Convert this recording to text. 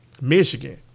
Michigan